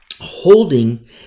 holding